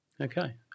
Okay